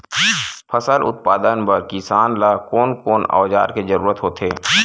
फसल उत्पादन बर किसान ला कोन कोन औजार के जरूरत होथे?